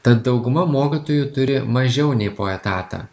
tad dauguma mokytojų turi mažiau nei po etatą